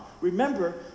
Remember